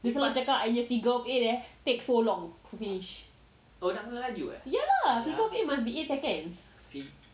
take so long to cakap I punya figure of eight eh take so long to finish lah figure of eight must be eight seconds